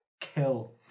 Kill